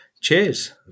Cheers